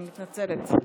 אני מתנצלת.